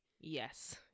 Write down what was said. yes